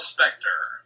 Spectre